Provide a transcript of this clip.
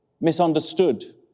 misunderstood